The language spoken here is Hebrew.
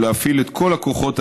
ולהפעיל את כל הכוחות הנדרשים,